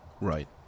Right